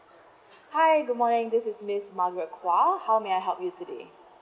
okay hi good morning this is miss margeret quah how may I help you today